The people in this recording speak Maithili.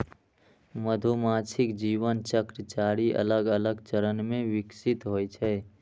मधुमाछीक जीवन चक्र चारि अलग अलग चरण मे विकसित होइ छै